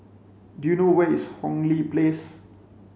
do you know where is Hong Lee Place